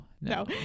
No